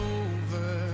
over